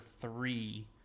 three